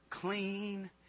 clean